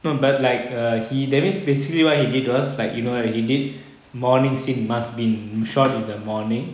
hmm but like err he that means basically what he did was like you know what he did morning scene must be shot in the morning